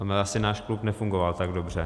To by asi náš klub nefungoval tak dobře.